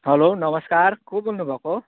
hello नमस्कार को बोल्नुभएको